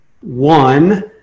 one